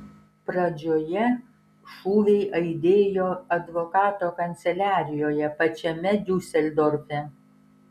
pradžioje šūviai aidėjo advokato kanceliarijoje pačiame diuseldorfe